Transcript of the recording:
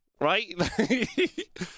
Right